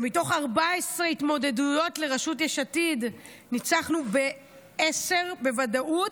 שמתוך 14 התמודדויות לראשות יש עתיד ניצחנו בעשר בוודאות,